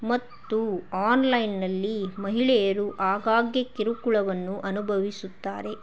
ಮತ್ತು ಆನ್ಲೈನಲ್ಲಿ ಮಹಿಳೆಯರು ಆಗಾಗ್ಗೆ ಕಿರುಕುಳವನ್ನು ಅನುಭವಿಸುತ್ತಾರೆ